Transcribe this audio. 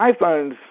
iPhone's